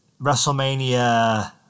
wrestlemania